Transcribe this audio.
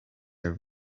are